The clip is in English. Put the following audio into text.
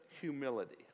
humility